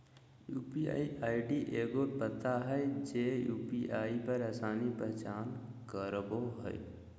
UPI ID एगो पता हइ जे यू.पी.आई पर आपन पहचान करावो हइ